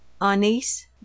Anise